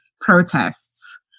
protests